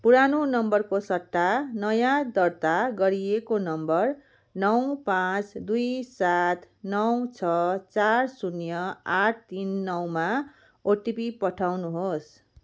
पुरानो नम्बरको सट्टा नयाँ दर्ता गरिएको नम्बर नौ पाँच दुई सात नौ छ चार शून्य आठ तिन नौमा ओटिपी पठाउनुहोस्